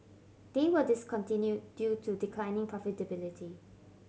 they were discontinued due to declining profitability